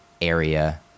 area